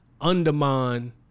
undermine